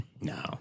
No